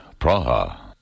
Praha